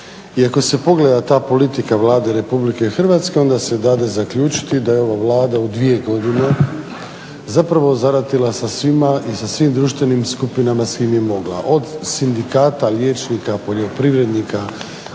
I ako se pogleda ta politika Vlade RH onda se dade zaključiti da je ova Vlada u dvije godine zaratila sa svima i sa svim društvenim skupinama s kim je mogla od sindikata liječnika, poljoprivrednika,